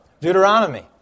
Deuteronomy